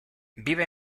vive